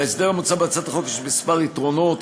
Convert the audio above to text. להסדר המוצע בהצעת החוק יש כמה יתרונות.